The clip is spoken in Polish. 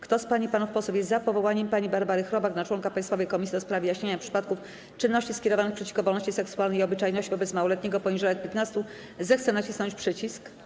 Kto z pań i panów posłów jest za powołaniem pani Barbary Chrobak na członka Państwowej Komisji do spraw wyjaśniania przypadków czynności skierowanych przeciwko wolności seksualnej i obyczajności wobec małoletniego poniżej lat 15, zechce nacisnąć przycisk.